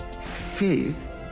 faith